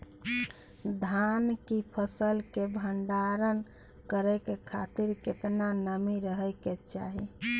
धान की फसल के भंडार करै के खातिर केतना नमी रहै के चाही?